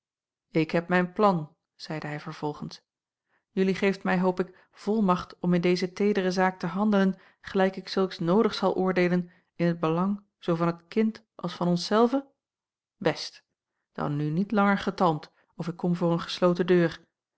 ik heb mijn plan zeide hij vervolgens jelui geeft mij hoop ik volmacht om in deze teedere zaak te handelen gelijk ik zulks noodig zal oordeelen in t belang zoo van t kind als van ons zelve best dan nu niet langer getalmd of ik kom voor een gesloten deur